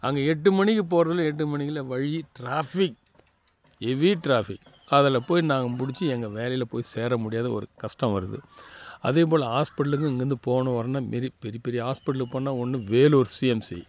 அங்கே எட்டு மணிக்கு போகறதுக்குள்ள எட்டு மணிக்கு எல்லாம் வழி ட்ராஃபிக் ஹெவி ட்ராஃபிக் அதில் போய் நாங்கள் பிடிச்சி எங்கள் வேலையில் போய் சேர முடியாத ஒரு கஷ்டம் வருது அதே போல் ஹாஸ்பிட்டலுக்கு இங்கேருந்து போகணும் வர்ணுனா மெரி பெரிய பெரிய ஹாஸ்பிட்டலுக்கு போகணுன்னா ஒன்று வேலூர் சிஎம்சி